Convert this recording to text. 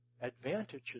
advantages